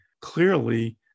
clearly